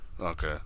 Okay